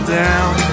down